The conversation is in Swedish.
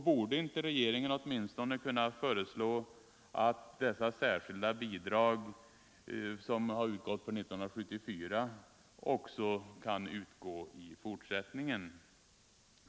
Borde inte regeringen åtminstone kunna föreslå att dessa särskilda bidrag, som har utgått för 1974, också skall kunna utgå i fortsättningen?